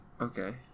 Okay